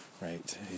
Right